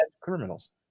criminals